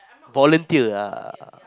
volunteer ah